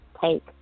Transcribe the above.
take